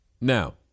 Now